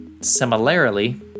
similarly